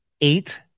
eight